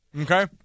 Okay